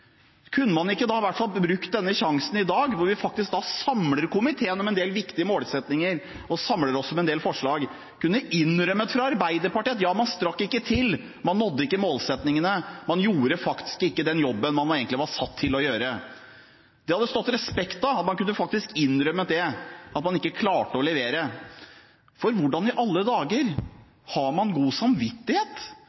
Kunne ikke Arbeiderpartiet ha brukt denne sjansen i dag, når vi samler komiteen om en del viktige målsettinger og forslag, til å innrømme at ja, man strakk ikke til, man nådde ikke målsettingene, man gjorde faktisk ikke den jobben man egentlig var satt til å gjøre? Det hadde stått respekt av å innrømme at man ikke klarte å levere. For hvordan i alle dager